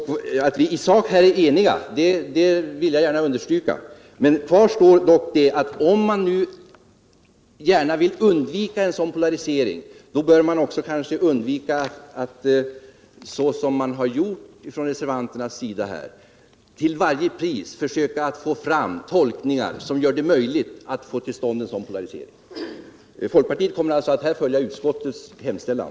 Att vi i sak är eniga vill jag gärna understryka, men kvar står dock att om man nu gärna vill undvika en polarisering bör man kanske också undvika att, som reservanterna har gjort, till varje pris försöka få fram tolkningar som gör det möjligt att få till stånd polarisering. Folkpartiet kommer alltså att följa utskottets hemställan.